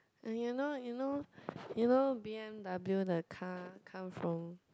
and you know you know you know B_M_W the car come from